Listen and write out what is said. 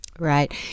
Right